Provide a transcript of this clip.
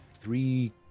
three